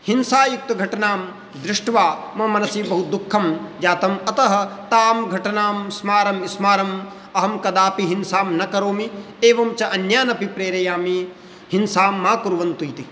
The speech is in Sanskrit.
हिंसायुक्तघटनां दृष्ट्वा मम मनसि बहुदुःखं जातम् अतः तां घटनां स्मारं स्मारम् अहं कदापि हिंसां न करोमि एवञ्च अन्यान् अपि प्रेरयामि हिंसां मा कुर्वन्तु इति